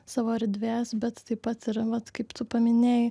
savo erdvės bet taip pat ir vat kaip tu paminėjai